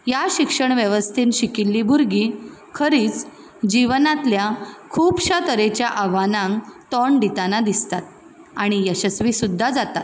ह्या शिक्षण वेवस्थेन शिकिल्लीं भुरगीं खरींच जिवनांतल्या खुबश्या आव्हानांक तोंड दिताना दिसतात आनी यशस्वी सुद्दां जातात